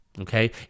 okay